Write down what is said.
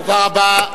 תודה רבה.